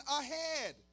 ahead